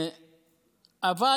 אבל